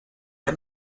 end